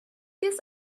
this